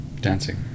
dancing